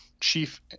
chief